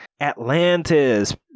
Atlantis